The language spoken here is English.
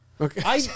Okay